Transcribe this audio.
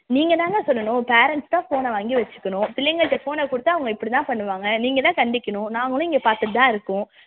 நீங்கள் தாங்க சொல்லணும் பேரெண்ட்ஸ் தான் ஃபோனை வாங்கி வச்சுக்குணும் பிள்ளைங்கள்கிட்ட ஃபோனை கொடுத்தா அவங்க இப்படி தான் பண்ணுவாங்க நீங்கள் தான் கண்டிக்கணும் நாங்களும் இங்கே பார்த்துட்டுதான் இருக்கோம்